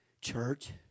Church